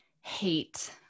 hate